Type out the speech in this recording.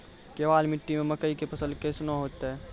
केवाल मिट्टी मे मकई के फ़सल कैसनौ होईतै?